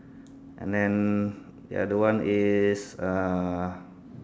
and then the other one is uh